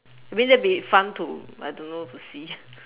I mean that'd be fun to I don't know to see